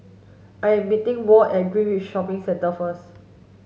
I am meeting Walt at Greenridge Shopping Centre first